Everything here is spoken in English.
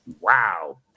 Wow